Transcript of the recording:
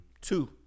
Two